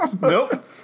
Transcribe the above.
nope